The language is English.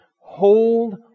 hold